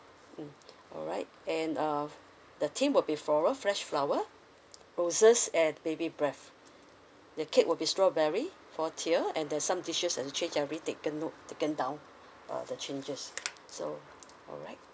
mm alright and uh the theme will be flora fresh flower roses and baby's breath the cake will be strawberry four tier and there's some dishes that change I already taken note taken down uh the changes so alright